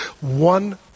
one